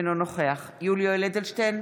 אינו נוכח יולי יואל אדלשטיין,